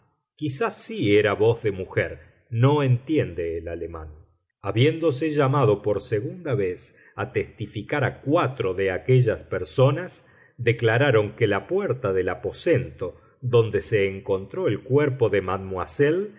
quizá sí era voz de mujer no entiende el alemán habiéndose llamado por segunda vez a testificar a cuatro de aquellas personas declararon que la puerta del aposento donde se encontró el cuerpo de mademoiselle l